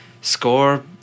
score